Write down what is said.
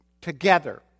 Together